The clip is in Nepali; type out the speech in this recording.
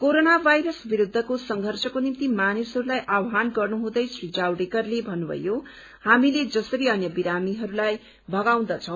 कोरोना भाइरस विरूद्वको संघर्षको निम्ति मानिसहरूलाई आवहान गर्नुहुँदै श्री जावड़ेकरले भन्नुभयो हामीले जसरी अन्य बिरामीहरूलाई भगाउँने छौ